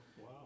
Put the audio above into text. wow